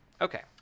Okay